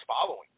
following